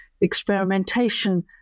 experimentation